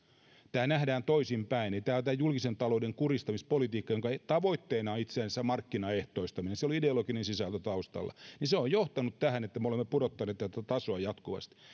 tämä nähdään toisinpäin eli tämä julkisen talouden kuristamispolitiikka jonka tavoitteena on itse asiassa markkinaehtoistaminen se oli ideologinen sisältö taustalla on johtanut tähän että me olemme pudottaneet tätä tasoa jatkuvasti